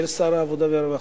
של שר העבודה והרווחה.